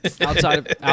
outside